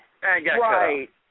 Right